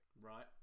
Right